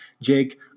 jake